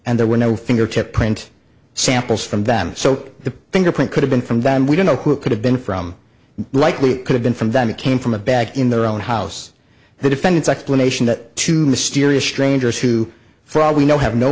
and there were no fingertip print samples from them so the fingerprint could have been from them we don't know who it could have been from likely it could have been from them it came from a bag in their own house the defendant's explanation that two mysterious strangers who for all we know have no